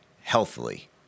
healthily